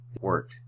work